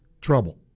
trouble